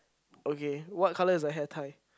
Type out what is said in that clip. okay what colour is her hair tie